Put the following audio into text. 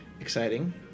Exciting